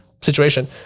situation